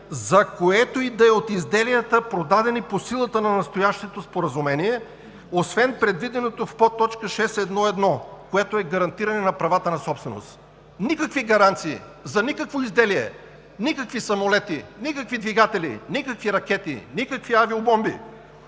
за което и да е от изделията, продадени по-силата на настоящето споразумение, освен предвиденото в подточка 6.1.1., което е гарантиране на правата на собственост.“ Никакви гаранции за никакво изделие, никакви самолети, никакви двигатели, никакви ракети, никакви авиобомби!